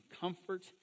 comfort